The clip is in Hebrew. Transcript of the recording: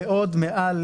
ועוד מעל